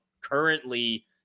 currently